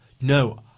No